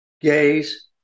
gays